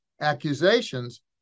accusations